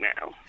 now